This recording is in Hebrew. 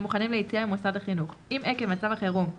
מוכנים ליציאה ממוסד החינוך; אם עקב מצב החירום,